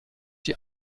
die